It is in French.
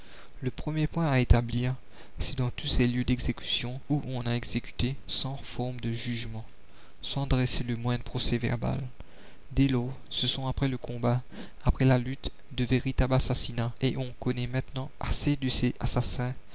le premier point à établir c'est dans tous ces lieux d'exécution où on a exécuté sans forme de jugement sans dresser le moindre procès-verbal dès lors ce sont après le combat après la lutte de véritables assassinats et on connaît maintenant assez de ces assassins